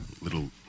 little